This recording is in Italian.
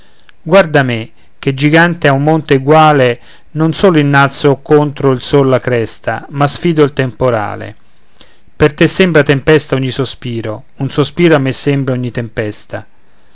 guarda me che gigante a un monte eguale non solo innalzo contro il sol la cresta ma sfido il temporale per te sembra tempesta ogni sospiro un sospiro a me sembra ogni tempesta